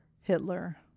Hitler